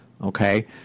okay